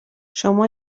شما